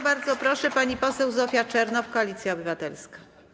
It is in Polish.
Bardzo proszę, pani poseł Zofia Czernow, Koalicja Obywatelska.